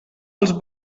els